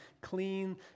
clean